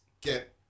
get